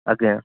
ଆଜ୍ଞା